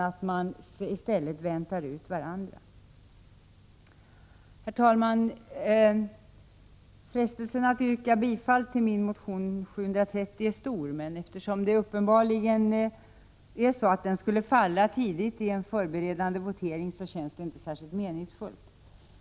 I stället väntar man ut varandra. Herr talman! Frestelsen att yrka bifall till min motion A730 är stor. Men eftersom den uppenbarligen skulle falla tidigt i en förberedande votering känns det inte särskilt meningsfullt att göra det.